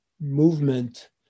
movement